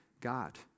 God